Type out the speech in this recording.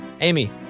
Amy